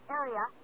area